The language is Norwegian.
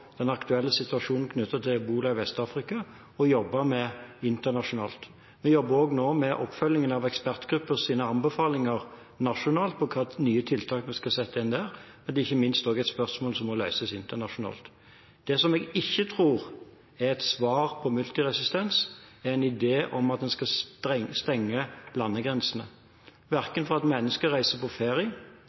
den saken jeg prioriterer høyest å jobbe med internasjonalt. Vi jobber nå også med oppfølgingen av ekspertgruppers anbefalinger nasjonalt om hvilke nye tiltak vi skal sette inn der, men det er ikke minst også et spørsmål som må løses internasjonalt. Det jeg ikke tror er et svar på multiresistens, er en idé om at en skal stenge landegrensene for mennesker som vil reise på ferie